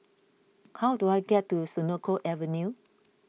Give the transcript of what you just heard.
how do I get to Senoko Avenue